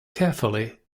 carefully